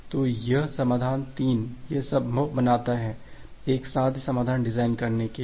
तो यह समाधान 3 यह संभव बनाता है एक साध्य समाधान डिजाइन करने के लिए